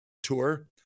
tour